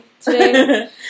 today